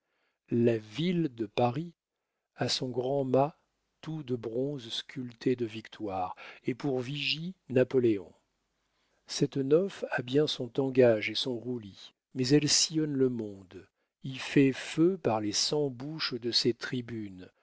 la ville de paris a son grand mât tout de bronze sculpté de victoires et pour vigie napoléon cette nauf a bien son tangage et son roulis mais elle sillonne le monde y fait feu par les cent bouches de ses tribunes